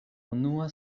unua